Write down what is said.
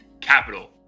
capital